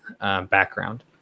background